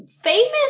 famous